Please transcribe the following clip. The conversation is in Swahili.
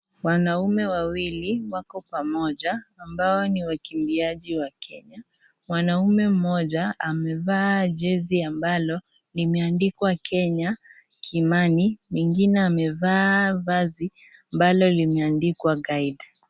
Wanaume wawili wako pamoja ambao ni wakimbiaji wa Kenya, mwanaume moja amevaa jezi ambalo limeandikwa Kenya, Kimani, mwingine amevaa vazi ambalo limeandikwa Guide.